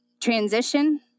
transition